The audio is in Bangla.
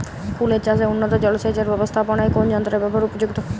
ফুলের চাষে উন্নত জলসেচ এর ব্যাবস্থাপনায় কোন যন্ত্রের ব্যবহার উপযুক্ত?